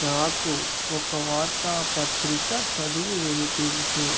నాకు ఒక వార్తా పత్రిక చదివి వినిపించు